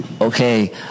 Okay